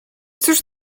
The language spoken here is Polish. cóż